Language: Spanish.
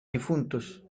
difuntos